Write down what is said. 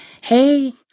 Hey